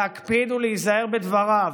להקפיד להיזהר בדבריו,